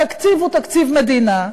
התקציב הוא תקציב מדינה,